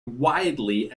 widely